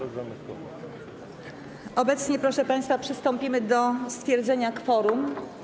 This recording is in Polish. Obecnie, proszę państwa, przystąpimy do stwierdzenia kworum.